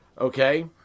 okay